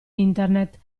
internet